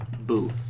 Boo